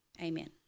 amen